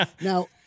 Now